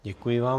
Děkuji vám.